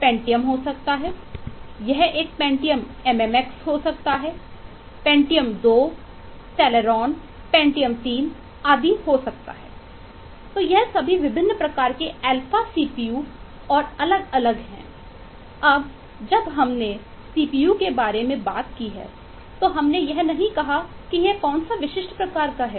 तो यह सभी विभिन्न प्रकार के अल्फा सीपीयू है